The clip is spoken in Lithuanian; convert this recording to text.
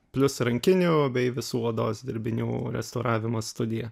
plius rankinių bei visų odos dirbinių restauravimo studija